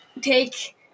take